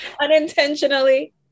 unintentionally